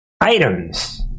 items